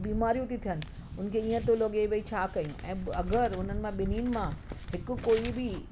बीमारियूं थी थियनि हुनखे हीअं थो लॻे भई छा कयूं ऐं अगरि हुननि मां ॿिन्हिनि मां हिकु कोई बि